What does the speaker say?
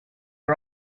are